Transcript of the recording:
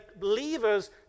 believers